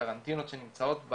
הקרנטינות שנמצאות,